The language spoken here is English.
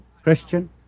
Christian